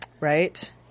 Right